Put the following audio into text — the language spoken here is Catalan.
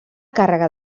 càrrega